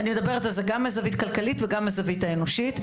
אני מדברת על זה גם מהזווית הכלכלית וגם מהזווית האנושית.